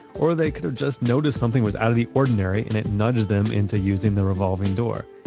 or they could've just noticed something was out of the ordinary and it nudged them into using the revolving door.